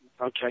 okay